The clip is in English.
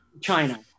China